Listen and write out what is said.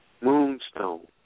Moonstone